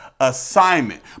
assignment